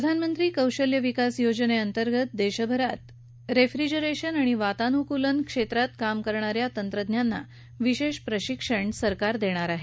प्रधानमंत्री कौशल्य विकास योजने अंतर्गत देशभरात रेफ्रिजरेशन आणि वातानुकूलन काम करणा या तंत्रज्ञांना विशेष प्रशिक्षण सरकार देणार आहे